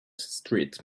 street